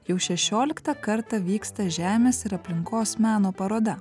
jau šešioliktą kartą vyksta žemės ir aplinkos meno paroda